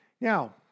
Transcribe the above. Now